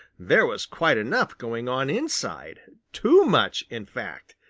there was quite enough going on inside too much, in fact.